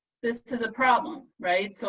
this is a problem, right? so,